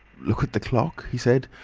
look at the clock? he said,